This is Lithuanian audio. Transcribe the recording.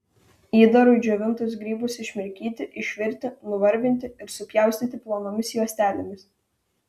įdarui džiovintus grybus išmirkyti išvirti nuvarvinti ir supjaustyti plonomis juostelėmis